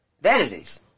vanities